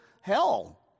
hell